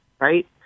right